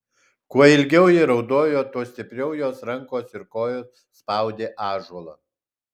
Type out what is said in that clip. kuo ilgiau ji raudojo tuo stipriau jos rankos ir kojos spaudė ąžuolą